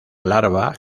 larva